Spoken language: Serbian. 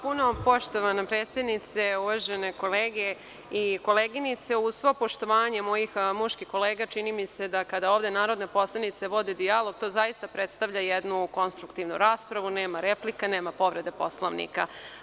Poštovana predsednice, uvažene kolege i koleginice, uz svo poštovanje mojih muških kolega, čini mi se da kada ovde narodne poslanice vode dijalog to zaista predstavlja jednu konstruktivnu raspravu, nema replika, nema povrede Poslovnika.